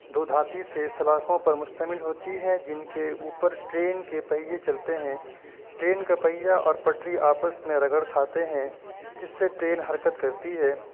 دو دھاتی سے سلاخوں پر مشتمل ہوتی ہے جن کے اوپر ٹرین کے پہیے چلتے ہیں ٹرین کا پہیہ اور پٹری آپس میں رگڑ کھاتے ہیں جس سے ٹرین حرکت کرتی ہے